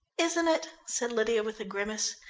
isn't it, said lydia with a grimace.